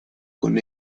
con